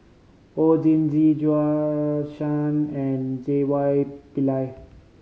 Oon Jin Gee Shan and J Y Pillay